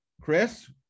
Chris